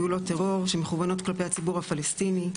פעולות טרור שמכוונות כלפי הציבור הפלסטיני,